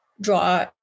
draw